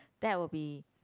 that will be